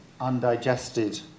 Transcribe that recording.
undigested